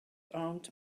armed